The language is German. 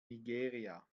nigeria